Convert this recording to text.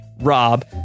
rob